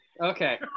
okay